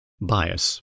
Bias